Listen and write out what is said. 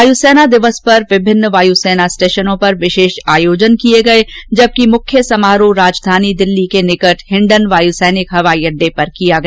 वायुसेना दिवस पर विभिन्न वायू सेना स्टेशनों पर विशेष आयोजन किए गए जबकि मुख्य समारोह राजधानी दिल्ली के निकेट हिंडन वायू सैनिक अड़डे पर किया गया